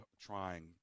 trying